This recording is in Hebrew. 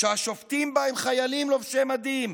שהשופטים בה הם חיילים לובשי מדים,